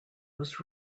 was